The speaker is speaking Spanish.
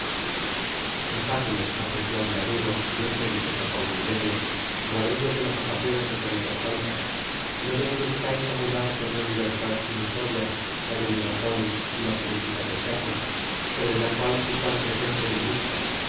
dejadme aprecia ble amigo en este dichoso cautiverio al abrigo de las ocasiones de cometer faltas y no me induzcais á mudar por una libertad ilutoria la de mi razon y la felicidad eterna sobre la cual fijo al presente mi vista